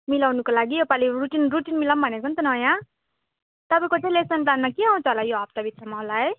मिलाउनुको लागि योपालि routine routine मिलाउँ भनेको नि त नयाँ तपाईँको चाहिँ लेसन प्लानमा के आउँछ होला यो हप्ताभित्रमा होला है